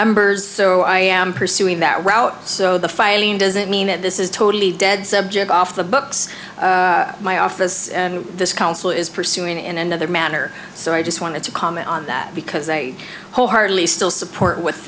members so i am pursuing that route so the filing doesn't mean that this is totally dead subject off the books my office and this council is pursuing in another manner so i just wanted to comment on that because i wholeheartedly still support w